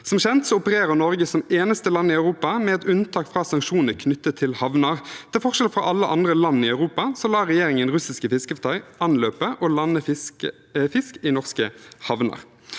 av krigen i Ukraina 2023 land i Europa, med et unntak fra sanksjonene knyttet til havner. Til forskjell fra alle andre land i Europa lar regjeringen russiske fiskefartøy anløpe og lande fisk i norske havner.